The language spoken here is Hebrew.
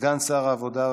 סגן שר העבודה,